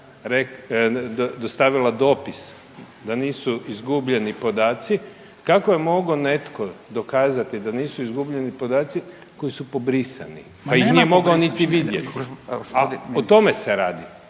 dostavila dopis, da nisu izgubljeni podaci, kako je mogao netko dokazati da nisu izgubljeni podaci koji su pobrisani? .../Upadica: Ma nema